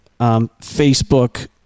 Facebook